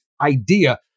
idea